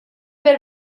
bit